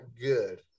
good